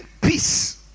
peace